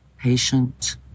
patient